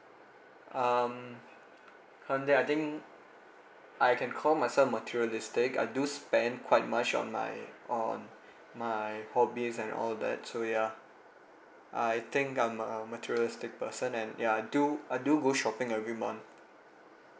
um currently I think I can call myself materialistic I do spend quite much on my on my hobbies and all that so yeah I think I'm a materialistic person and ya I do I do go shopping every month